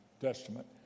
Testament